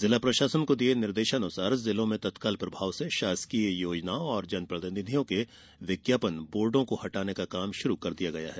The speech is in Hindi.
जिला प्रशासन के निर्देशानुसार जिलों में तत्काल प्रभाव से शासकीय योजनाओं और जनप्रतिनिधियों के विज्ञापन बोर्डों को हटाने का काम शुरू कर दिया गया है